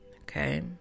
Okay